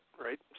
right